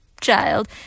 child